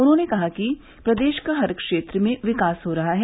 उन्होंने कहा कि प्रदेश का हर क्षेत्र में विकास हो रहा है